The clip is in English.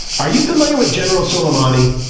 are you familiar with general suleimani?